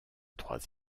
trois